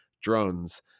drones